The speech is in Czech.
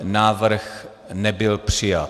Návrh nebyl přijat.